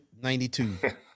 92